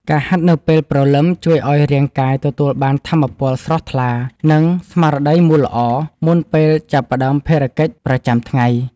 ការហាត់នៅពេលព្រលឹមជួយឱ្យរាងកាយទទួលបានថាមពលស្រស់ថ្លា និងស្មារតីមូលល្អ មុនពេលចាប់ផ្ដើមភារកិច្ចប្រចាំថ្ងៃ។